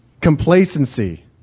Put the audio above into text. Complacency